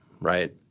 right